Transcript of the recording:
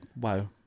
wow